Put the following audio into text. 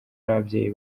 n’ababyeyi